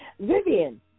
Vivian